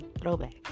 throwback